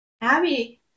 Abby